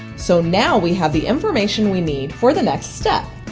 so now we have the information we need for the next step.